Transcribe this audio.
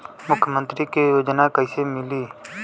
मुख्यमंत्री के योजना कइसे मिली?